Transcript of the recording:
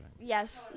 Yes